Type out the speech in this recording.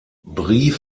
brief